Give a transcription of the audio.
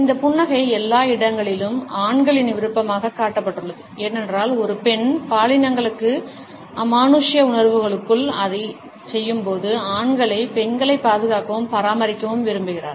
இந்த புன்னகை எல்லா இடங்களிலும் ஆண்களின் விருப்பமாகக் காட்டப்பட்டுள்ளது ஏனென்றால் ஒரு பெண் பாலினங்களுக்கு அமானுஷ்ய உணர்வுகளுக்குள் அதைச் செய்யும்போது ஆண்களைப் பெண்களைப் பாதுகாக்கவும் பராமரிக்கவும் விரும்புகிறார்